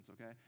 okay